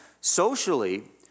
socially